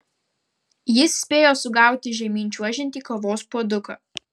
jis spėjo sugauti žemyn čiuožiantį kavos puoduką